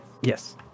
Yes